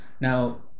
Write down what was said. Now